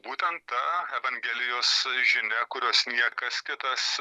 būtent ta evangelijos žinia kurios niekas kitas